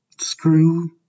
screw